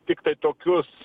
tiktai tokius